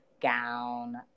gown